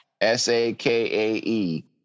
S-A-K-A-E